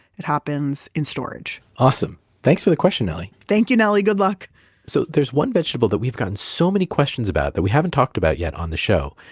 it happens in storage awesome. thanks for the question, nellie thank you, nellie. good luck so there's one vegetable that we've gotten so many questions about that we haven't talked about yet on the show.